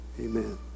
Amen